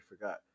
forgot